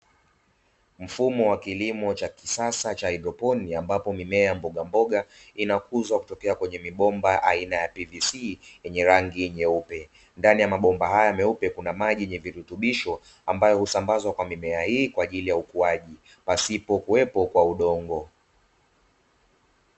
Mfumo wa kilimo cha kisasa cha haidroponi ambapo mimea ya mbogamboga, inakuzwa kutokea kwenye mibomba aina ya "PVC" yenye rangi nyeupe. Ndani ya mabomba haya meupe kuna maji yenye virutubisho, ambayo husambazwa kwa mimea hii kwa ajili ya ukuaji pasipo kuwepo kwa udongo.